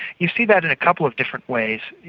you see that in a couple of different ways.